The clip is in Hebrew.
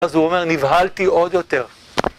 אז הוא אומר, נבהלתי עוד יותר